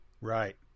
right